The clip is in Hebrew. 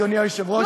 אדוני היושב-ראש,